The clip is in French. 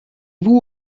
vous